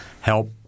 help